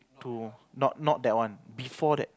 to not not that one before that